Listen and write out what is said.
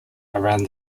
around